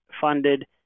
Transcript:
funded